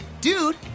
Dude